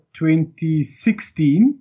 2016